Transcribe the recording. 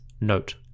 note